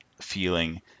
feeling